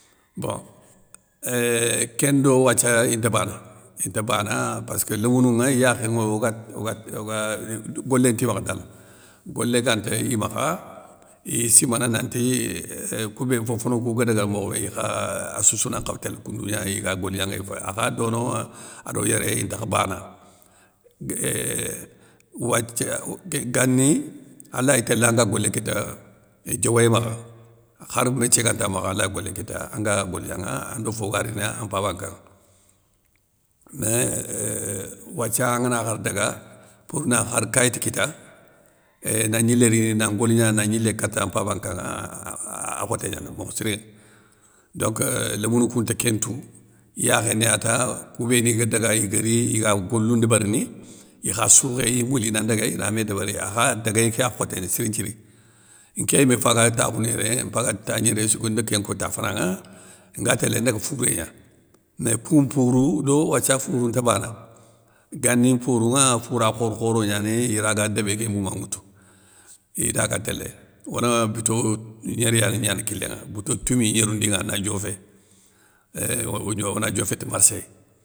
Bon, euuh kén ndo wathia inta bana, inta bana passkeu lémounou nŋa iyakhénŋoya oga rini golé nti makha dal golé gante i makha, iy simana nanti euuuhh kou bé fo fana kou ga daga mokhobé ikha assoussou nan nkhaw télé koundou gna iga golignana ifay akha dononŋa ado yéré intakha bana. Eeeuuh wathia, gani, alay télé anga golé kita, diowoyé makha, khar méthié ganta makha alay golé kita anga golignanŋa ando fo ga rini an mpaba nkanŋa. Mé euuh wathia angana khar daga pour na khar kayti kita, éuuh nan gnilé rini na giligna na gnilé kata mpabankaŋa a khoté gnani mokhe siri, donc, lémounou kounte kén ntou, iyakhé ni ya ta kou béni ga daga iga ri, iga golou ndébérni, ikha soukhé iye mouli ina ndaga ina mé débéri, akha déguéyé kéya khoténi, siri nthiri, nké yimé faga takhounou yéré, mpaga tangnéré sougue ne kén nko ta fananŋa, nga télé ndaga fouré gna, mé koun mpourou do wathia fourou nta bana, gani mpourou ŋa foura khore khoro gnanéy ira ga débé ké mouma nŋwoutou, idaga télé, one bito gnéri ya gnana kilé ŋa, bito toumi gnéroundiŋa ana diofé, euuhh ona diofé ti marseille.